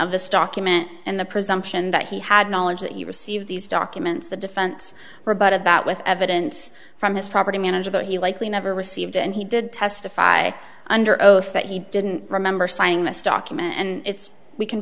of this document and the presumption that he had knowledge that you received these documents the defense rebut about with evidence from his property manager that he likely never received and he did testify under oath that he didn't remember signing this document and it's we can